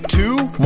Two